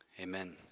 amen